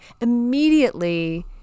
immediately